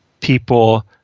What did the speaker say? People